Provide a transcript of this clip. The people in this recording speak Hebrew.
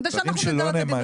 כדי שאנחנו נדע לתת דין וחשבון.